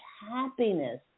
happiness